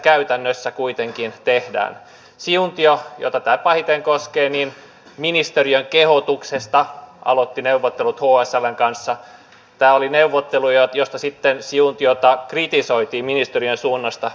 kertausharjoitusten lisäksi vapaaehtoisen koulutuksen ja tätä paitojen koskee niin ministeriön omatoimisen ammuntaharjoittelun mahdollisuus on meillä reserviläisillä ollut ja on tuleva olemaan puolustuskykymme ylläpidossa tärkeä osa